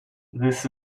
this